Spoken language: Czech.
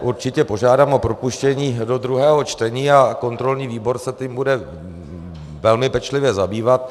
Určitě požádám o propuštění do druhého čtení a kontrolní výbor se tím bude velmi pečlivě zabývat.